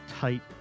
tight